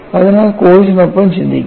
അതിനാൽ കോഴ്സിനൊപ്പം ചിന്തിക്കുക